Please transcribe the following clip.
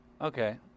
okay